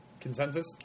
consensus